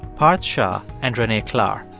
parth shah and renee klahr.